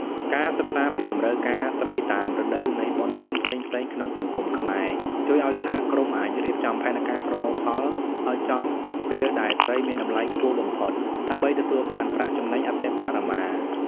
ការសិក្សាពីតម្រូវការត្រីតាមរដូវកាលនៃបុណ្យទានផ្សេងៗក្នុងសង្គមខ្មែរ ជួយឱ្យសហគ្រិនអាចរៀបចំផែនការប្រមូលផលឱ្យចំពេលដែលត្រីមានតម្លៃខ្ពស់បំផុត ដើម្បីទទួលបានប្រាក់ចំណេញអតិបរមា។